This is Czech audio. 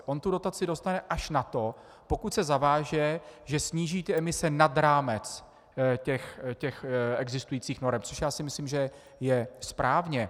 On tu dotaci dostane až na to, pokud se zaváže, že sníží emise nad rámec existujících norem, což já si myslím, že je správně.